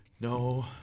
no